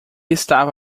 estava